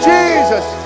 Jesus